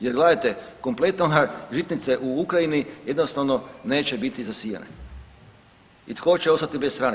Jer gledajte, kompletne žitnice u Ukrajini jednostavno neće biti zasijane i tko će ostati bez hrane?